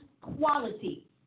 quality